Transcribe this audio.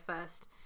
first